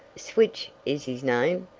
switch is his name,